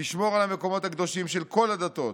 תשמור על המקומות הקדושים של כל הדתות,